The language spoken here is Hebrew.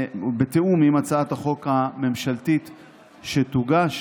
בתיאום עם הצעת החוק הממשלתית שתוגש.